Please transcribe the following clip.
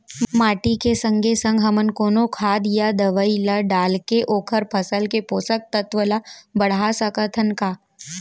माटी के संगे संग हमन कोनो खाद या दवई ल डालके ओखर फसल के पोषकतत्त्व ल बढ़ा सकथन का?